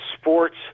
sports